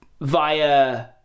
via